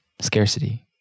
Scarcity